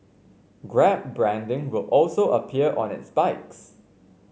grab branding will also appear on its bikes